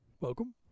welcome